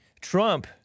Trump